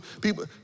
people